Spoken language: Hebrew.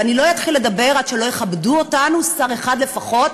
ואני לא אתחיל לדבר עד שלא יכבד אותנו שר אחד לפחות.